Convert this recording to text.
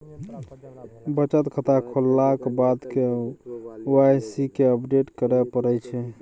बचत खाता खोललाक बाद के वाइ सी केँ अपडेट करय परै छै